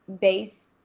base